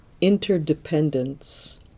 interdependence